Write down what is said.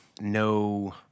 no